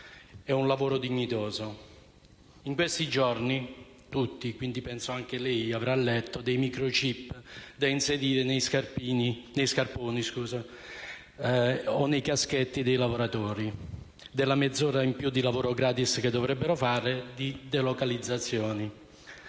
ed un lavoro dignitoso. In questi giorni, tutti abbiamo letto - quindi penso anche lei - dei *microchip* da inserire negli scarponi o nei caschetti dei lavoratori, della mezz'ora in più di lavoro gratis che dovrebbero fare e di delocalizzazioni.